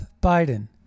Biden